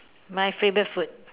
my favorite food